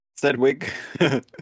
Sedwig